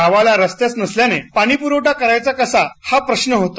गावाला रस्ताच नसल्यानं पाणी पुरवठा करायचा कसा हा प्रश्न होता